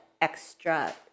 extra